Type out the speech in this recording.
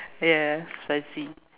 yeah spicy